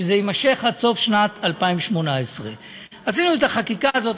שזה יימשך עד סוף שנת 2018. עשינו את החקיקה הזאת,